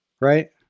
Right